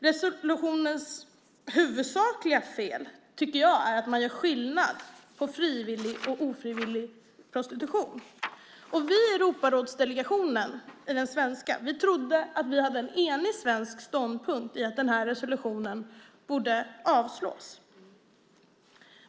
Resolutionens huvudsakliga fel, tycker jag, är att man gör skillnad på frivillig och ofrivillig prostitution. Vi i den svenska Europarådsdelegationen trodde att vi hade en enig svensk ståndpunkt i att resolutionen borde avslås.